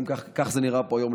כך זה נראה פה היום,